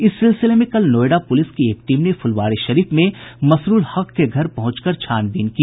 इस सिलसिले में कल नोएडा पुलिस की एक टीम ने फुलवारीशरीफ में मसरूल हक के घर पर पहुंचकर छानबीन की